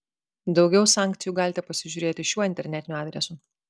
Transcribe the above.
daugiau sankcijų galite pasižiūrėti šiuo internetiniu adresu